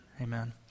Amen